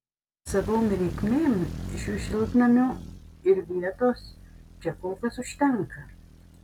savom reikmėm šių šiltnamių ir vietos čia kol kas užtenka